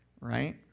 Right